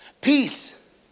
Peace